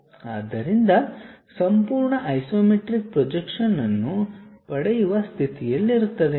ಆದ್ದರಿಂದ ಸಂಪೂರ್ಣ isometric projection ಅನ್ನು ಪಡೆಯುವ ಸ್ಥಿತಿಯಲ್ಲಿರುತ್ತದೆ